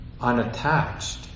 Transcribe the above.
unattached